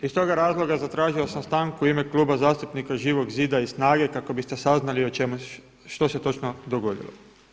Iz toga razloga zatražio sam stanku u ime Kluba zastupnika Živog zida i SNAGA-e kako biste saznali što se točno dogodilo.